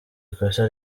ikosa